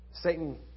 Satan